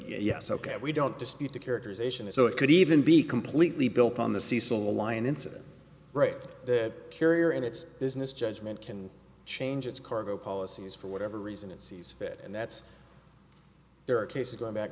yes ok we don't dispute the characterization is so it could even be completely built on the cecil lion incident right the carrier in its business judgment can change its cargo policies for whatever reason it sees fit and that's there are cases going back